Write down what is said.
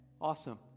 awesome